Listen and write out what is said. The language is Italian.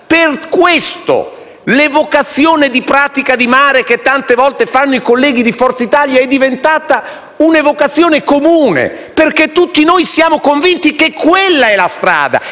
Per questo l'evocazione di Pratica di Mare, che tante volte fanno i colleghi di Forza Italia, è diventata un'evocazione comune, perché tutti noi siamo convinti che quella è la strada